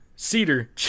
Cedar